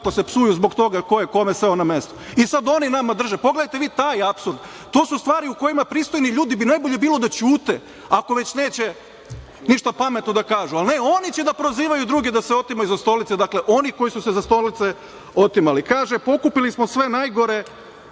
kako se psuju zbog toga ko je kome seo na mesto i sad oni nama drže. Pogledajte vi taj apsurd. To su stvari u kojima pristojni ljudi bi najbolje bilo da ćute ako već neće ništa pametno da kažu, ali ne, oni će da prozivaju druge da se otimaju za stolice. Dakle, oni koji su se za stolice otimali. Kaže - pokupili smo sve najgore